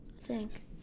Thanks